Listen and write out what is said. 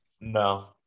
No